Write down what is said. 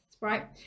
right